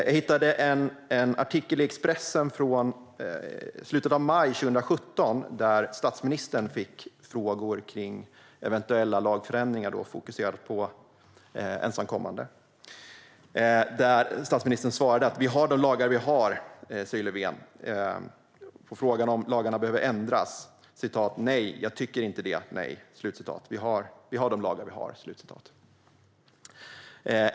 Jag hittade en artikel i Expressen från slutet av maj 2017. Där fick statsministern frågor om eventuella lagförändringar avseende ensamkommande. Statsministern svarade då på frågan om lagarna behöver ändras: "Nej, jag tycker inte det, nej. Vi har de lagar vi har."